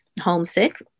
homesick